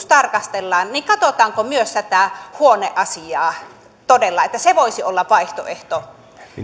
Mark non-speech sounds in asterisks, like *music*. *unintelligible* tarkastellaan katsotaanko myös tätä huoneasiaa todella että se voisi olla vaihtoehto